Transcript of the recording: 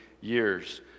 years